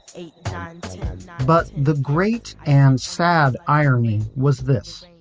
eight times but the great and sad irony was this.